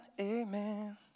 Amen